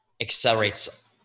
accelerates